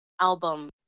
album